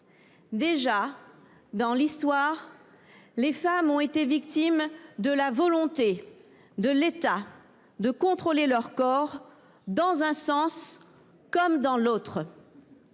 Déjà, dans l’histoire, les femmes ont été victimes de la volonté de l’État de contrôler leur corps dans un sens comme dans l’autre.